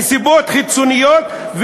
נסיבות חיצוניות,